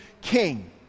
king